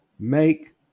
make